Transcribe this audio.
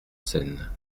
seine